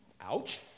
ouch